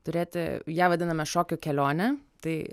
turėti ją vadiname šokių kelione tai